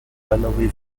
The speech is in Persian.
بعلاوه